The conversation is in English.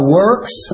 works